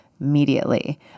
Immediately